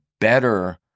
better